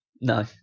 No